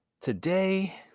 Today